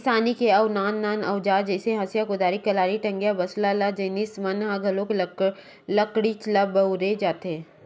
किसानी के अउ नान नान अउजार जइसे हँसिया, कुदारी, कलारी, टंगिया, बसूला ए सब्बो जिनिस म घलो लकड़ीच ल बउरे जाथे